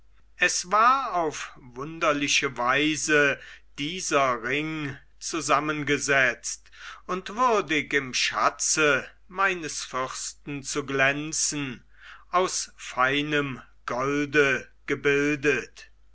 es war auf wunderbarliche weise dieser ring zusammengesetzt und würdig im schatze meines fürsten zu glänzen aus feinem golde gebildet